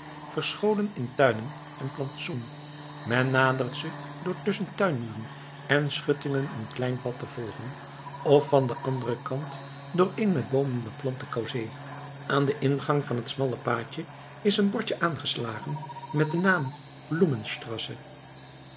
verscholen in tuinen en plantsoen men nadert ze door tusschen tuinmuren en schuttingen een klein pad te volgen of van den anderen kant door een met boomen beplante chaussée aan den ingang van het smalle paadje is een bordje aangeslagen met den naam